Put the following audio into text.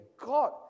God